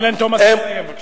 עם הלן תומס תסיים בבקשה.